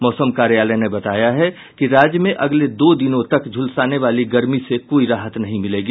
मौसम कार्यालय ने बताया है कि राज्य में अगले दो दिनों तक झुलसाने वाली गर्मी से कोई राहत नहीं मिलेगी